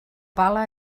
pala